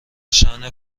شأن